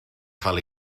cael